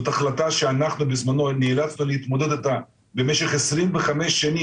זו החלטה שאנחנו בזמנו נאלצנו להתמודד איתה במשך 25 שנה